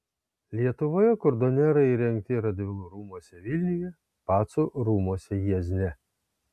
lietuvoje kurdonerai įrengti radvilų rūmuose vilniuje pacų rūmuose jiezne